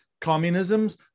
communisms